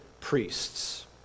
priests